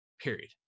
period